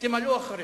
תמלאו אחריה.